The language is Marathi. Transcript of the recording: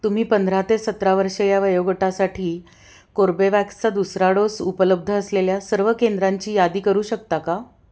तुम्ही पंधरा ते सतरा वर्षे या वयोगटासाठी कोर्बेवॅक्सचा दुसरा डोस उपलब्ध असलेल्या सर्व केंद्रांची यादी करू शकता का